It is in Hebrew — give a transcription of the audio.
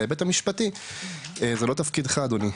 על ההיבט המשפטי, זה לא תפקידך אדוני.